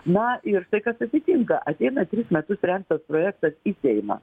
na ir štai kas atsitinka ateina tris metus rengtas projektas į seimą